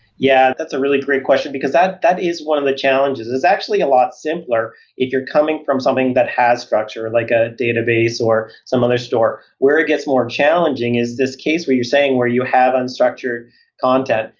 yeah. that's a really great question, because that that is one of the challenges. it's actually a lot simpler if you're coming from something that has structure, like a database or some other store. where it gets more challenging is this case where you're saying where you have unstructured content.